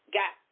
got